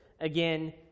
again